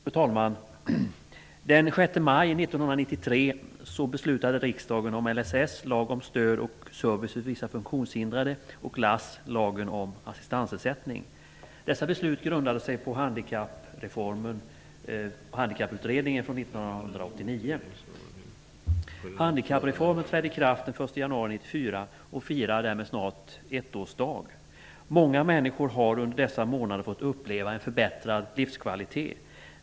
Fru talman! Den 6 maj 1993 beslutade riksdagen om LSS, lagen om stöd och service för vissa funktionshindrade, och LASS, lagen om assistansersättning. Dessa beslut grundade sig på 1989 års handikapputredning. 1994 och firar därmed snart sin ettårsdag. Många människor har under dessa månader fått uppleva en förbättrad livskvalitet.